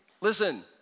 Listen